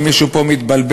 אם מישהו פה מתבלבל,